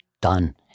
done